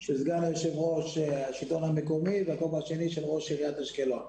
של סגן יושב-ראש השלטון המקומי והכובע השני של ראש עיריית אשקלון.